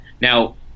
Now